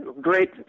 great